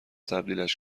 تبدیلش